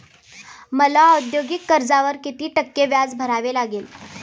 मला औद्योगिक कर्जावर किती टक्के व्याज भरावे लागेल?